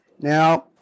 Now